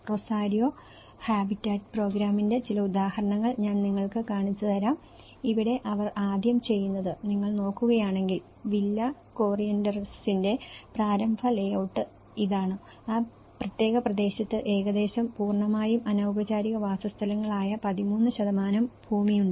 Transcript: Rosario habitat പ്രോഗ്രാമിന്റെ ചില ഉദാഹരണങ്ങൾ ഞാൻ നിങ്ങൾക്ക് കാണിച്ചുതരാം ഇവിടെ അവർ ആദ്യം ചെയ്യുന്നത് നിങ്ങൾ നോക്കുകയാണെങ്കിൽ വില്ല കോറിയന്റസിന്റെ പ്രാരംഭ ലേഔട്ട് ഇതാണ് ആ പ്രത്യേക പ്രദേശത്ത് ഏകദേശം പൂർണ്ണമായും അനൌപചാരിക വാസസ്ഥലങ്ങൾ ആയ 13 ഭൂമിയുണ്ട്